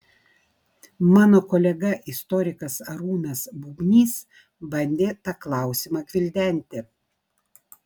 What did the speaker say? mano kolega istorikas arūnas bubnys bandė tą klausimą gvildenti